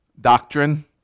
doctrine